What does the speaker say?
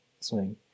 swing